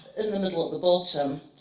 in the middle, at the bottom,